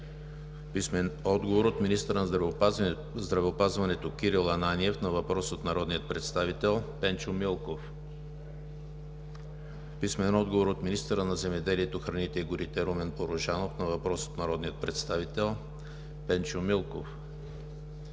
Халачева; - министъра на здравеопазването Кирил Ананиев на въпрос от народния представител Пенчо Милков; - министъра на земеделието, храните и горите Румен Порожанов на въпрос от народния представител Пенчо Милков;